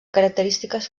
característiques